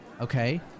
okay